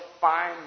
find